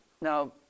Now